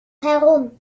herum